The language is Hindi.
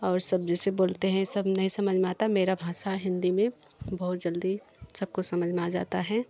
और सब जिसे बोलते हैं सब नहीं समझ में आता मेरा भाषा हिंदी में बहुत जल्दी सबको समझ में आ जाता हैं